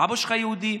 אבא שלך יהודי.